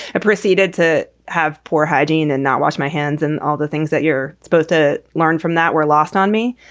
proceeded to have poor hygiene and not wash my hands and all the things that you're supposed to learn from that were lost on me.